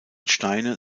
steine